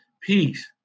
peace